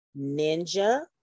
ninja